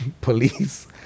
police